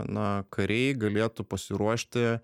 na kariai galėtų pasiruošti